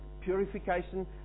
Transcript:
purification